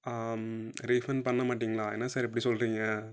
refund பண்ண மாட்டீங்களா என்ன சார் இப்படி சொல்லுறீங்க